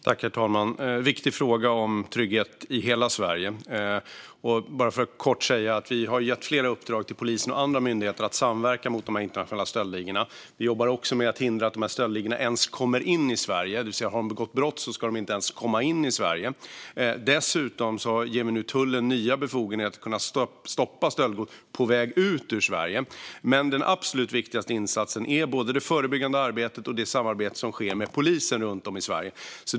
Herr talman! Det är en viktig fråga om trygghet i hela Sverige. Jag kan kort säga att vi har gett flera uppdrag till polisen och andra myndigheter om att man ska samverka mot de internationella stöldligorna. Vi jobbar också med att hindra att stöldligorna kommer in i Sverige, det vill säga har de begått brott ska de inte ens komma in i Sverige. Dessutom ger vi nu tullen nya befogenheter att stoppa stöldgods på väg ut ur Sverige. Men den absolut viktigaste insatsen är det förebyggande arbetet och det samarbete som sker med polisen runt om i Sverige.